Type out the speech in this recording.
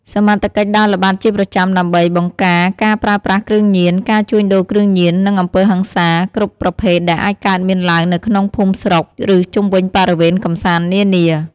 សមត្ថកិច្ចដើរល្បាតជាប្រចាំដើម្បី បង្ការការប្រើប្រាស់គ្រឿងញៀន ការជួញដូរគ្រឿងញៀន និងអំពើហិង្សា គ្រប់ប្រភេទដែលអាចកើតមានឡើងនៅក្នុងភូមិស្រុក ឬជុំវិញបរិវេណកម្សាន្តនានា។